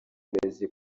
burezi